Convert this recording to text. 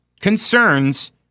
concerns